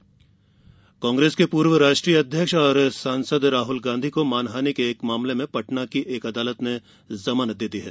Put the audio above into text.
राहुल जमानत कांग्रेस के पूर्व राष्ट्रीय अध्यक्ष और सांसद राहुल गांधी को मानहानि के एक मामले में पटना की एक अदालत ने जमानत दे दी है